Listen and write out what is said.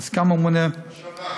עם סגן הממונה, השנה?